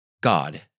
God